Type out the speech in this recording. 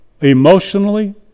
emotionally